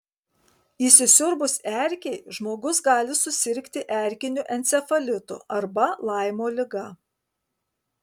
įsisiurbus erkei žmogus gali susirgti erkiniu encefalitu arba laimo liga